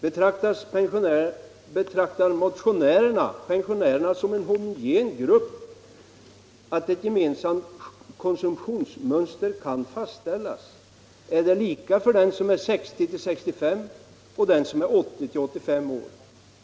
Betraktar motionärerna pensionärerna som en så homogen grupp att ett gemensamt konsumtionsmönster kan fastställas? Är det lika för den, som är 60-65, och den, som är 80-85 år?